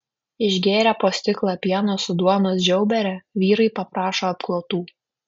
išgėrę po stiklą pieno su duonos žiaubere vyrai paprašo apklotų